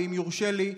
ואם יורשה לי: